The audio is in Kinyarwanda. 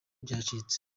byacitse